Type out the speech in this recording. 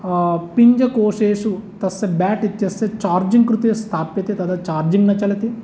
पिञ्जकोशेषु तस्य बेट् इत्यस्य चार्जिङ्ग् कृते स्थाप्यते तदा चार्जिङ्ग् न चलति